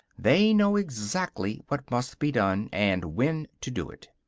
they know exactly what must be done, and when to do it.